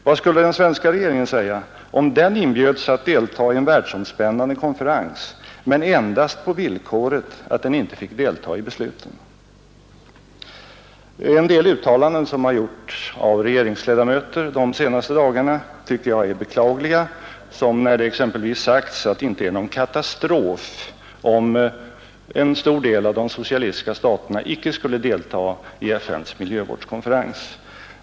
Vad skulle den svenska regeringen säga, om den inbjöds att delta i en världsomspännande konferens men endast på villkoret att den inte fick delta i besluten? En del uttalanden som har gjorts av regeringsledamöter de senaste dagarna tycker jag är beklagliga, som när det exempelvis sagts att det inte är ”någon katastrof” om ett stort antal av de socialistiska staterna icke skulle delta i FN:s miljövårdskonferens.